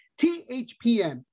THPN